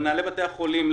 למנהלי בתי החולים,